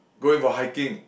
going for hiking